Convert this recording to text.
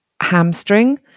hamstring